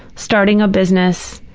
starting a business,